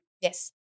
Yes